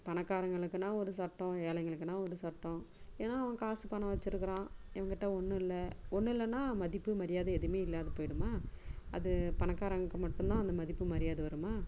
பணக்காரங்களுக்குனா ஒரு சட்டம் ஏழைகளுக்குனால் ஒரு சட்டம் ஏன்னால் அவன் காசு பணம் வச்சிருக்கிறான் இவன் கிட்ட ஒன்றும் இல்லை ஒன்றுல்லனா மதிப்பு மரியாதை எதுவுமே இல்லாத போய்விடுமா அது பணக்கராங்ககிட்ட மட்டும் தான் அந்த மதிப்பும் மரியாதை வருமா